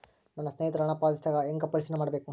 ನನ್ನ ಸ್ನೇಹಿತರು ಹಣ ಪಾವತಿಸಿದಾಗ ಹೆಂಗ ಪರಿಶೇಲನೆ ಮಾಡಬೇಕು?